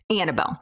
Annabelle